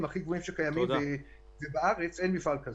הכי גבוהים שקיימים ובארץ אין מפעל כזה.